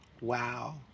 Wow